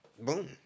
Boom